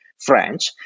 French